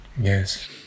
Yes